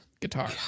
guitar